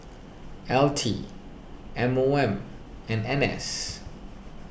L T M O M and N S